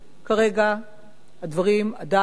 כרגע הדברים עדיין